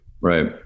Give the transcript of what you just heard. Right